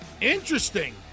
Interesting